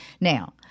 Now